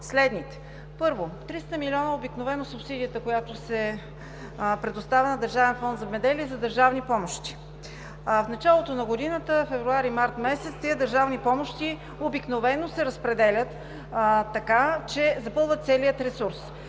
следните. Първо. Триста милиона обикновено е субсидията, която се предоставя на Държавен фонд „Земеделие“ за държавни помощи. В началото на годината – февруари, март месец – тези държавни помощи обикновено се разпределят, така че запълват целия ресурс